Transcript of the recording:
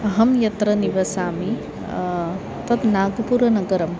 अहं यत्र निवसामि तत् नागपुरनगरम्